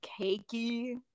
cakey